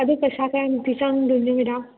ꯑꯗꯨ ꯄꯩꯁꯥ ꯀꯌꯥꯃꯨꯛꯇꯤ ꯆꯪꯗꯣꯏꯅꯣ ꯃꯦꯗꯥꯝ